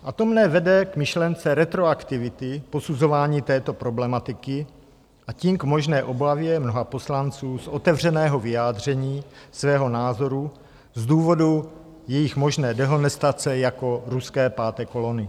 A to mne vede k myšlence retroaktivity posuzování této problematiky, a tím k možné obavě mnoha poslanců z otevřeného vyjádření svého názoru z důvodu jejich možné dehonestace jako ruské páté kolony.